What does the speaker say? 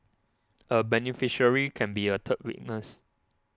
a beneficiary can be a third witness